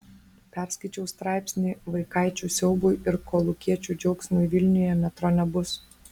perskaičiau straipsnį vaikaičių siaubui ir kolūkiečių džiaugsmui vilniuje metro nebus